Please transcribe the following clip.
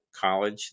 college